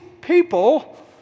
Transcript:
people